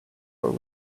for